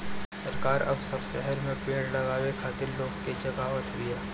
सरकार अब सब शहर में पेड़ लगावे खातिर लोग के जगावत बिया